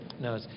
No